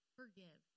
forgive